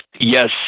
Yes